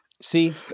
See